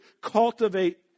cultivate